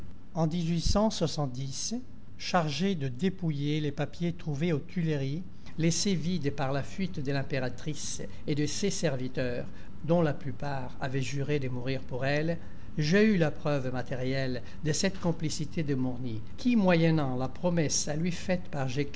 n chargé de dépouiller les papiers trouvés aux tuileries laissées vides par la fuite de l'impératrice et de ses serviteurs dont la plupart avaient juré de mourir pour elle j'ai eu la preuve matérielle de cette complicité de morny qui moyennant la promesse à lui faite par